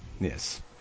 Yes